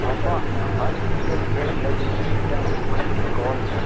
ᱟᱢᱟᱜ ᱦᱟᱹᱱ ᱤᱼᱢᱮᱞ ᱯᱮᱰ ᱞᱟᱹᱜᱤᱫ ᱢᱤᱫᱴᱟᱝ ᱫᱩᱠᱷᱟᱹᱞᱤ ᱠᱳᱞᱢᱮ